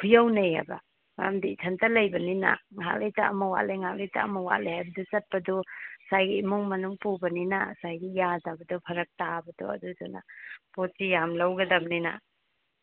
ꯈꯨꯌꯧꯅꯩꯌꯦꯕ ꯃꯔꯝꯗꯤ ꯏꯊꯟꯇ ꯂꯩꯕꯅꯤꯅ ꯉꯥꯏꯍꯥꯛ ꯂꯩꯇ ꯑꯃ ꯋꯥꯠꯂꯦ ꯉꯥꯏꯍꯥꯛ ꯂꯩꯇ ꯑꯃ ꯋꯥꯠꯂꯦ ꯑꯗꯨ ꯆꯠꯄꯗꯨ ꯉꯁꯥꯏꯒꯤ ꯏꯃꯨꯡ ꯃꯅꯨꯡ ꯄꯨꯕꯅꯤꯅ ꯉꯁꯥꯏꯒꯤ ꯌꯥꯗꯕꯗꯣ ꯐꯔꯛ ꯇꯥꯕꯗꯣ ꯑꯗꯨꯅ ꯄꯣꯠꯁꯤ ꯌꯥꯝ ꯂꯧꯒꯗꯕꯅꯤꯅ